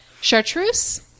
chartreuse